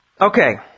Okay